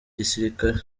gisirikare